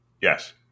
Yes